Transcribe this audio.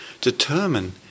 determine